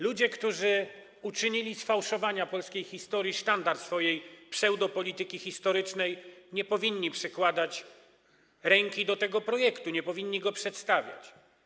Ludzie, którzy uczynili z fałszowania polskiej historii sztandar swojej pseudopolityki historycznej, nie powinni przykładać ręki do tego projektu, nie powinni go przedstawiać.